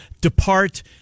depart